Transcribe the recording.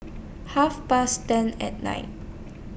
Half Past ten At Night